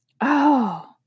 Oh